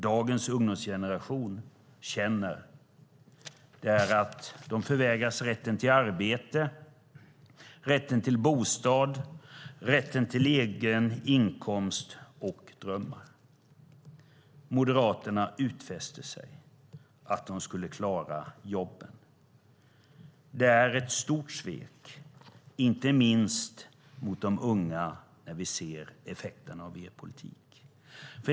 Det som dagens ungdomsgeneration känner är att de förvägras rätten till arbete, rätten till bostad och rätten till en egen inkomst och drömmar. Moderaterna utfäste sig att de skulle klara jobben. Det är ett stort svek, inte minst mot de unga, när vi nu ser effekten av er politik.